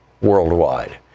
worldwide